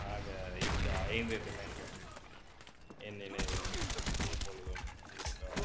ஆக இந்த ஐந்து தினங்கள் என் நினைவில் எப்பொழுதும் இருக்கும்